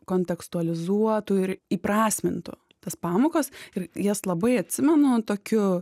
kontekstualizuotų ir įprasmintų tas pamokas ir jas labai atsimenu tokiu